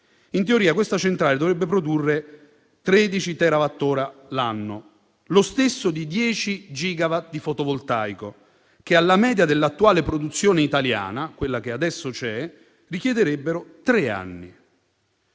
In teoria, questa centrale dovrebbe produrre 13 TWh l'anno, lo stesso di 10 gigawatt di fotovoltaico, che alla media dell'attuale produzione italiana richiederebbero tre anni,